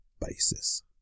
basis